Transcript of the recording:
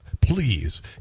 Please